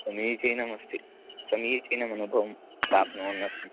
समीचीनमस्ति समीचीनमनुभवं प्राप्तुवन्नस्मि